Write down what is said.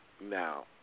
now